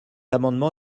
amendement